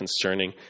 concerning